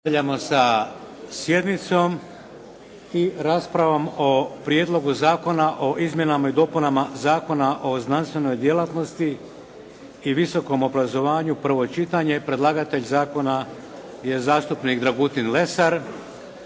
nastavljamo sa sjednicom i raspravom o: - Prijedlog zakona o Izmjenama i dopunama Zakona o znanstvenoj djelatnosti i visokom obrazovanju, prvo čitanje, P.Z. br. 121; Predlagatelj zakona je zastupnik Dragutin Lesar.